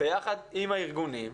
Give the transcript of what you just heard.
ביחד עם הארגונים,